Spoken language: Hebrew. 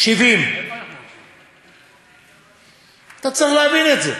70. אתה צריך להבין את זה.